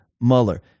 Mueller